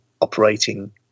operating